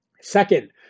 Second